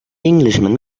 englishman